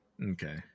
Okay